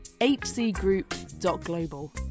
hcgroup.global